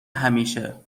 همیشه